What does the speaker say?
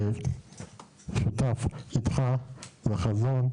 שותף איתך לחזון,